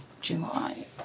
July